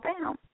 down